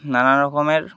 নানা রকমের